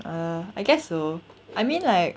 uh I guess so I mean like